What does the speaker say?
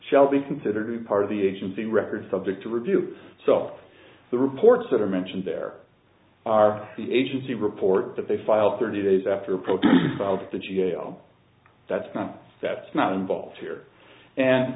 shall be considered part of the agency record subject to review so the reports that are mentioned there are the agency report that they filed thirty days after probing the g a o that's not that's not involved here and